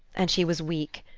and she was weak,